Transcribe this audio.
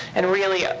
and really,